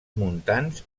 muntants